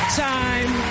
time